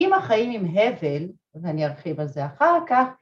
‫אם החיים הם הבל, ‫ואני ארחיב על זה אחר כך,